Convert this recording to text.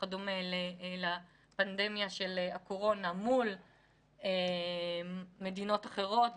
וכדומה לפנדמיה של הקורונה מול מדינות אחרות.